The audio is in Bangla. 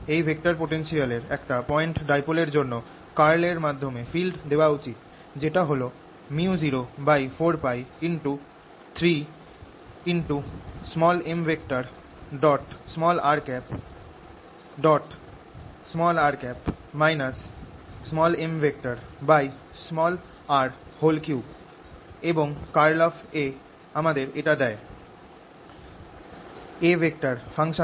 এই ভেক্টর পোটেনশিয়ালের একটা পয়েন্ট ডাইপোল এর জন্য কার্ল এর মাধ্যমে ফিল্ড দেওয়া উচিত যেটা হল µ04π 3mrr mr3 এবং কার্ল অফ A আমাদের এটা দেয়